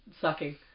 sucking